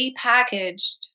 repackaged